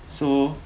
so